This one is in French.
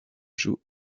joue